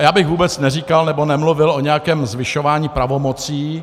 Já bych vůbec neříkal nebo nemluvil o nějakém zvyšování pravomocí.